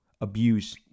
abuse